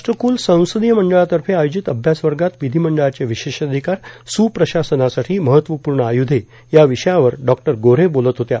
राष्ट्रकुल संसदीय मंडळातर्फे आयोजित अभ्यासवर्गात विधिमंडळाचे विशेषाधिकार सुप्रशासनासाठी महत्वपूर्ण आयुधे या विषयावर डॉ गोऱ्हे बोलत होत्या